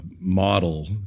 model